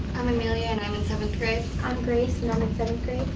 i'm amelia, and i'm in seventh grade. i'm grace and i'm in seventh grade.